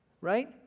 Right